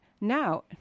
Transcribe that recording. now